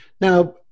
Now